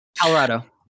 Colorado